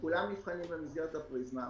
וכולם נבחנים במסגרת הפריזמה.